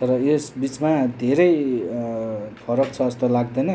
तर यस बिचमा धेरै फरक छ जस्तो लाग्दैन